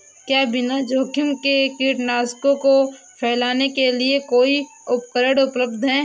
क्या बिना जोखिम के कीटनाशकों को फैलाने के लिए कोई उपकरण उपलब्ध है?